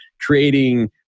creating